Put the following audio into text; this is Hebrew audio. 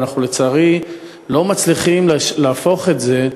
ואנחנו לצערי לא מצליחים להפוך את זה.